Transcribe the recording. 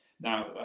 Now